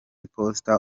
iposita